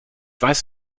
weiß